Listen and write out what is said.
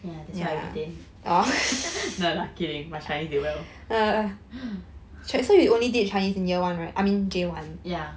ya that's why I retain no lah kidding my chinese did well ya